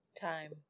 Time